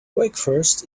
breakfast